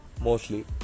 mostly